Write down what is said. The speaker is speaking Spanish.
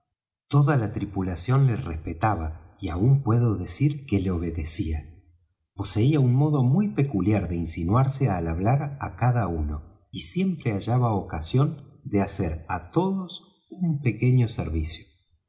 toda la tripulación le respetaba y aun puedo decir que le obedecía poseía un modo muy peculiar de insinuarse al hablar á cada uno y siempre hallaba ocasión de hacer á todos un pequeño servicio